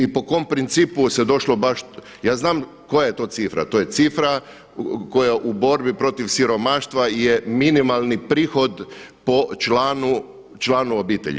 I po kom principu se došlo baš, ja znam koja je to cifra, to je cifra koja u borbi protiv siromaštva je minimalni prihod po članu obitelji.